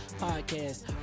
podcast